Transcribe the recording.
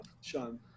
sean